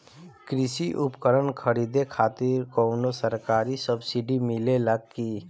कृषी उपकरण खरीदे खातिर कउनो सरकारी सब्सीडी मिलेला की?